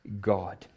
God